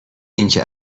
اینکه